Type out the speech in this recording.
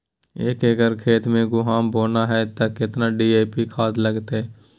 एक एकर खेत मे गहुम बोना है त केतना डी.ए.पी खाद लगतै?